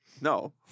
No